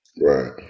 Right